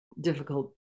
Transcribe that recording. difficult